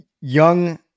young